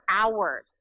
hours